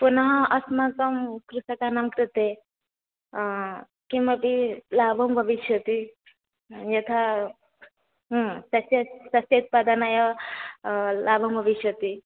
पुनः अस्माकं कृषकाणां कृते किमपि लाभं भविष्यति यथा तस्य तस्य उत्पादनाय लाभं भविष्यति